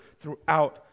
throughout